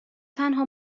تنها